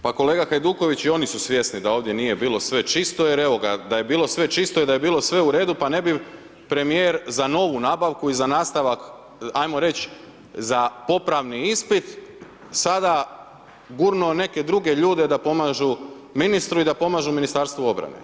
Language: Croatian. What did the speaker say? Pa kolega Hajduković, i oni su svjesni da ovdje bilo sve čisto jer evo ga, da je bilo sve čisto, da je bilo sve u redu, pa ne bi premijer za novu nabavku i za nastavak ajmo reći za popravni ispit, sada gurnuo neke druge ljude da pomažu ministru i da pomažu Ministarstvu obrane.